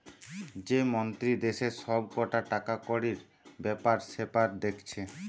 যে মন্ত্রী দেশের সব কটা টাকাকড়ির বেপার সেপার দেখছে